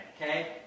Okay